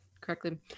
correctly